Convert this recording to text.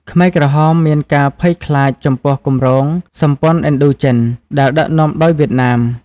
ខ្មែរក្រហមមានការភ័យខ្លាចចំពោះគម្រោង «សហព័ន្ធឥណ្ឌូចិន» ដែលដឹកនាំដោយវៀតណាម។